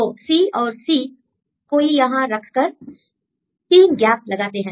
तो C औरC कोई यहां रख कर 3 गैप लगाते हैं